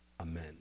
Amen